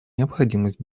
необходимость